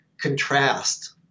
contrast